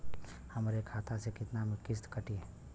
हमरे खाता से कितना किस्त कटी?